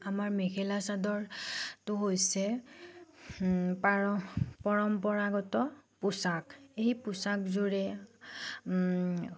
আমাৰ মেখেলা চাদৰটো হৈছে পাৰ পৰম্পৰাগত পোছাক সেই পোছাকযোৰে